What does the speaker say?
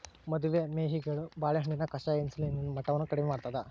ಮದು ಮೇಹಿಗಳು ಬಾಳೆಹಣ್ಣಿನ ಕಷಾಯ ಇನ್ಸುಲಿನ್ ಮಟ್ಟವನ್ನು ಕಡಿಮೆ ಮಾಡ್ತಾದ